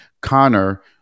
Connor